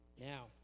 Now